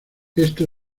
esto